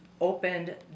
opened